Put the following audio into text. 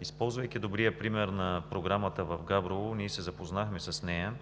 Използвайки добрия пример на Програмата, в Габрово ние се запознахме с нея.